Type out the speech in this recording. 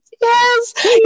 Yes